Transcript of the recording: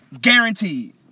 Guaranteed